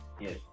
Yes